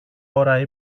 ώρα